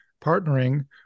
partnering